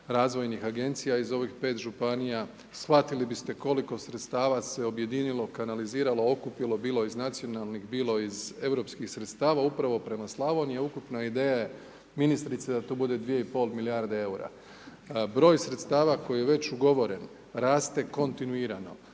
razvojnih agencija iz ovih 5 županija, shvatili biste koliko sredstava se objedinilo, kanalizirano, okupilo, bilo iz nacionalnih, bilo iz europskih sredstava upravo prema Slavoniji. A ukupna ideja je ministrice da to bude 2,5 milijarde eura. Broj sredstava koji je već ugovoren raste kontinuirano,